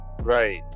right